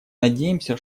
надеемся